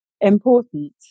important